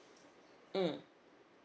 mm